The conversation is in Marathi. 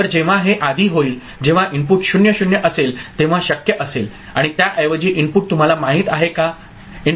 तर जेव्हा हे आधी होईल जेव्हा इनपुट 0 0 असेल तेव्हा शक्य असेल आणि त्याऐवजी इनपुट तुम्हाला माहित आहे का